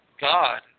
God